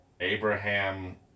Abraham